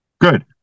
good